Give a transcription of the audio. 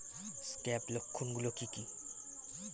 Scab লক্ষণ গুলো কি কি?